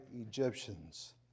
Egyptians